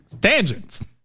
Tangents